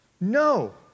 No